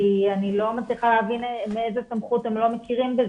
כי אני לא מצליחה להבין מאיזו סמכות הם לא מכירים בזה?